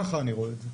ככה אני רואה את זה.